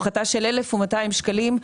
הפחתה של 1,200 שקלים.